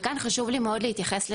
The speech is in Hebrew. וכאן חשוב לי מאוד להתייחס לדבריך,